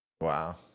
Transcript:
wow